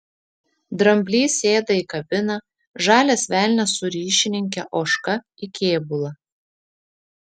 dramblys sėda į kabiną žalias velnias su ryšininke ožka į kėbulą